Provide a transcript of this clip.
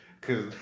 cause